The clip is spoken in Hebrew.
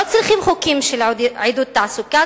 לא צריכים חוקים לעידוד תעסוקה,